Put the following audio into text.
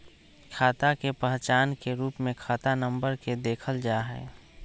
खाता के पहचान के रूप में खाता नम्बर के देखल जा हई